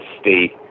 state